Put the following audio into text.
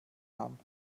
haben